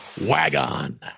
Wagon